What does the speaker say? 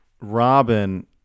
Robin